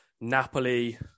Napoli